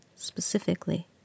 Specifically